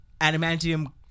Adamantium